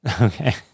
Okay